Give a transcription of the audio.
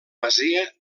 masia